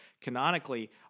Canonically